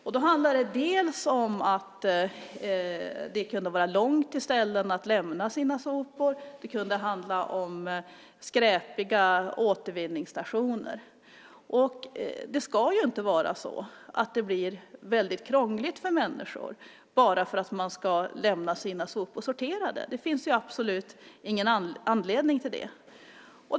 Det handlade dels om att det kunde vara långt till ställena att lämna sina sopor, dels om skräpiga återvinningsstationer. Det ska ju inte vara så att det blir väldigt krångligt för människor bara för att man ska lämna sina sopor sorterade. Det finns absolut ingen anledning till det.